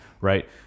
right